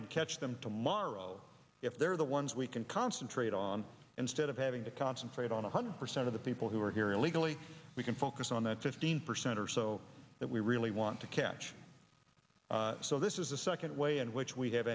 and catch them tomorrow if they're the ones we can concentrate on instead of having to concentrate on one hundred percent of the people who are here illegally we can focus on that fifteen percent or so that we really want to catch so this is the second way in which we have